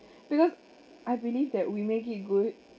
because I believe that we make it good